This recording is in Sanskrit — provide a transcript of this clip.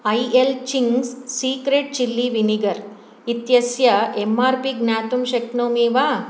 ऐ एल् चिङ्ग्स् सीक्रेट् चिल्लि विनिगर् इत्यस्य एम् आर् पि ज्ञातुं शक्नोमि वा